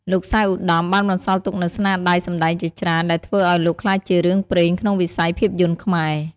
លោក សៅ ឧត្តម បានបន្សល់ទុកនូវស្នាដៃសម្តែងជាច្រើន ដែលធ្វើឱ្យលោកក្លាយជារឿងព្រេងក្នុងវិស័យភាពយន្តខ្មែរ។